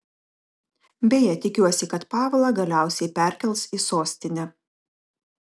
beje tikiuosi kad pavlą galiausiai perkels į sostinę